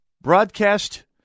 broadcast